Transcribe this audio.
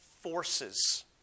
forces